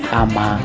ama